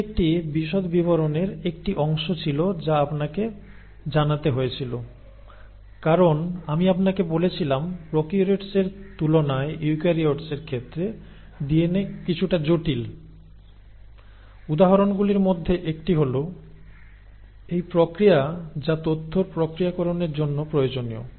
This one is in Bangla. এটি একটি বিশদ বিবরণের একটি অংশ ছিল যা আপনাকে জানাতে হয়েছিল কারণ আমি আপনাকে বলেছিলাম প্রোকারিওটিস এর তুলনায় ইউক্যারিওটসের ক্ষেত্রে ডিএনএ কিছুটা জটিল উদাহরণগুলির মধ্যে একটি হল এই প্রক্রিয়া যা তথ্য প্রক্রিয়াকরণের জন্য প্রয়োজনীয়